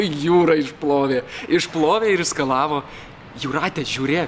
jūra išplovė išplovė ir skalavo jūrate žiūrėk